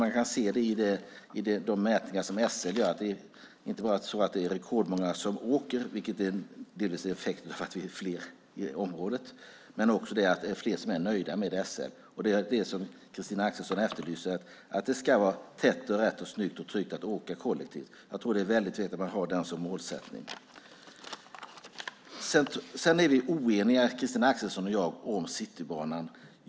Man kan se i de mätningar som SL gör att det inte bara är rekordmånga som åker - effekten av att vi är fler i området - utan också att fler är nöjda med SL. Christina Axelsson efterlyser att det ska vara tätt och rätt och snyggt och tryggt att åka kollektivt. Det är viktigt att ha det som mål. Christina Axelsson och jag är oeniga om Citybanan.